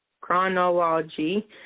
chronology